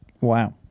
Wow